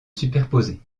superposer